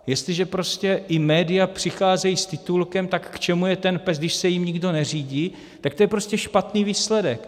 Jestliže prostě i média přicházejí s titulkem tak k čemu je ten PES, když se jím nikdo neřídí?, tak to je prostě špatný výsledek.